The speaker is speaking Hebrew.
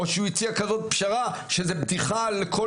או שהוא הציע כזאת פשרה שזה בדיחה לכל